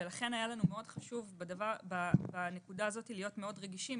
ולכן היה לנו מאוד חשוב בנקודה הזאת להיות מאוד רגישים,